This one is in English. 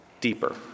deeper